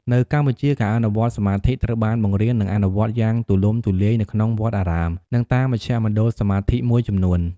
នៅកម្ពុជា ការអនុវត្តន៍សមាធិត្រូវបានបង្រៀន និងអនុវត្តយ៉ាងទូលំទូលាយនៅក្នុងវត្តអារាម និងតាមមជ្ឈមណ្ឌលសមាធិមួយចំនួន។